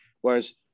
whereas